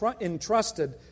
entrusted